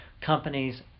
companies